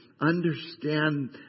Understand